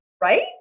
right